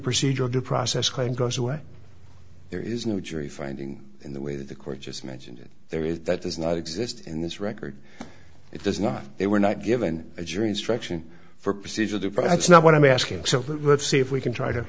procedural due process claim goes away there is no jury finding in the way that the court just mentioned it there is that does not exist in this record it does not they were not given a jury instruction for procedure the facts not what i'm asking so let's see if we can try to